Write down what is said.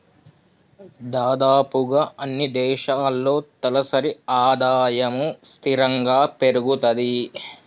దాదాపుగా అన్నీ దేశాల్లో తలసరి ఆదాయము స్థిరంగా పెరుగుతది